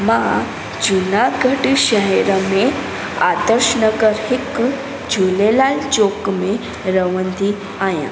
मां जूनागढ़ शहर में आदर्श नगर हिकु झूलेलाल चौक में रहंदी आहियां